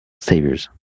Saviors